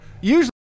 usually